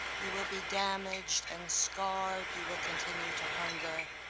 you will be damaged and scarred, you will continue to hunger.